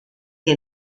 que